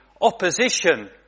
opposition